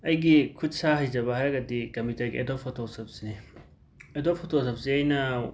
ꯑꯩꯒꯤ ꯈꯨꯠꯁꯥ ꯍꯩꯖꯕ ꯍꯥꯏꯔꯒꯗꯤ ꯀꯝꯄ꯭ꯌꯨꯇꯔꯒꯤ ꯑꯦꯗꯣꯞ ꯐꯣꯇꯣꯁꯣꯞꯁꯤꯅꯦ ꯑꯦꯗꯣꯞ ꯐꯣꯇꯣꯁꯣꯞꯁꯦ ꯑꯩꯅ